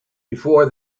before